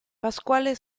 pasquale